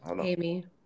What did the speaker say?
Amy